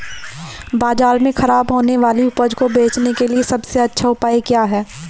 बाजार में खराब होने वाली उपज को बेचने के लिए सबसे अच्छा उपाय क्या हैं?